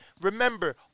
Remember